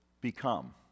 become